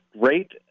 great